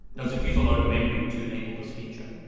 does it use a lot of memory to enable this feature,